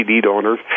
donors